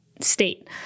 state